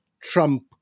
Trump